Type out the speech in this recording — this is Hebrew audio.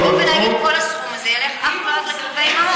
אז לבוא ולהגיד: כל הסכום הזה ילך אך ורק לכלובי מעוף.